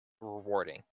rewarding